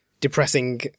depressing